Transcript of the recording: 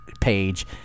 page